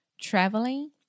traveling